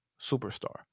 superstar